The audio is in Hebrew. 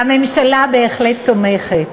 הממשלה בהחלט תומכת.